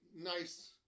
nice